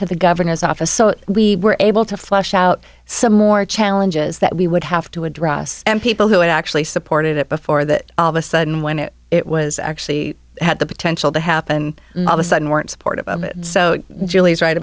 to the governor's office so we were able to flush out some more challenges that we would have to address and people who actually supported it before that all of a sudden when it it was actually had the potential to happen all the sudden weren't supportive of it so